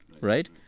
right